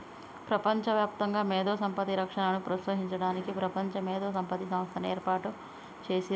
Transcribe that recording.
ప్రపంచవ్యాప్తంగా మేధో సంపత్తి రక్షణను ప్రోత్సహించడానికి ప్రపంచ మేధో సంపత్తి సంస్థని ఏర్పాటు చేసిర్రు